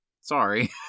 Sorry